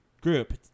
group